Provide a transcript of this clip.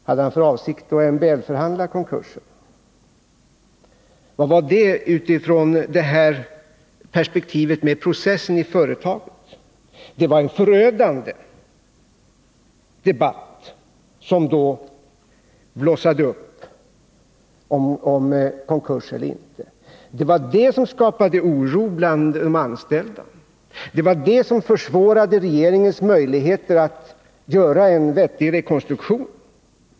Hade han för avsikt att MBL-förhandla om konkursen? Vad var anledningen utifrån perspektivet med en process i företaget? Det var en förödande debatt som då blossade upp om konkurs eller inte. Det var det som skapade oro bland de anställda. Det var det som försvårade regeringens möjligheter att göra en vettig rekonstruktion.